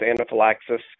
anaphylaxis